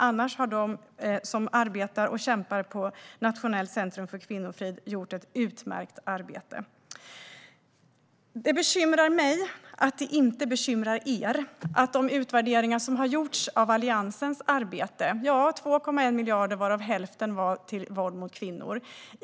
Annars har de som arbetar och kämpar på Nationellt centrum för kvinnofrid gjort en utmärkt insats. Det bekymrar mig att ni inte bekymrar er över de utvärderingar som har gjorts av Alliansens arbete. Man avsatte 2,1 miljarder varav hälften gick till arbetet mot våld mot kvinnor.